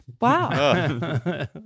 Wow